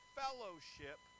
fellowship